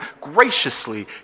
graciously